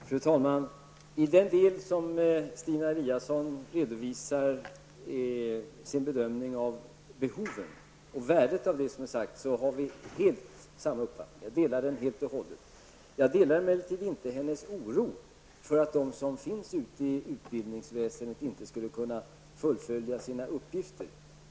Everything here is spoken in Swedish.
Fru talman! När det gäller Stina Eliassons bedömning av behovet och värdet av denn autbildning har vi helt och hållet samma uppfattning. Jag delar emellertid inte hennes oro att de som verkar inom utbildningsväsendet inte skulle kunna fullfölja sina uppgifter.